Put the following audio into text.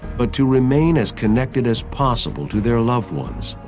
but to remain as connected as possible to their loved ones.